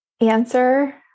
answer